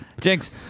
Jinx